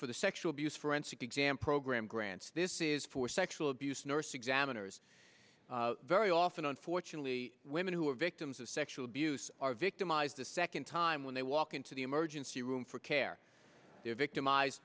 for the sexual abuse forensic exam program grants this is for sexual abuse nurse examiners very often unfortunately women who are victims of sexual abuse are victimized a second time when they walk into the emergency room for care they are victimized